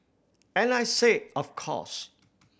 and I said of course